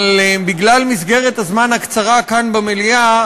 אבל בגלל מסגרת הזמן הקצרה כאן במליאה,